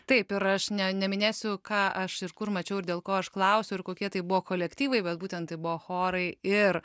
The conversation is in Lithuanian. taip ir aš ne neminėsiu ką aš ir kur mačiau ir dėl ko aš klausiu ir kokie tai buvo kolektyvai bet būtent tai buvo chorai ir